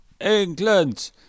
England